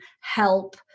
help